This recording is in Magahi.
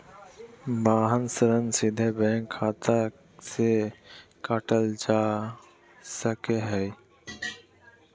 वाहन ऋण सीधे बैंक खाता से काटल जा सको हय